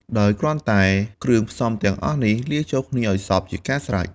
ដោយគ្រាន់តែគ្រឿងផ្សំទាំងអស់នេះ លាយចូលគ្នាសព្វ ជាការស្រេច។